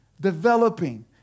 developing